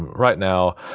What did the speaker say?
right now,